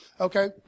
Okay